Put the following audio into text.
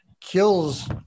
kills